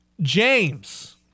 James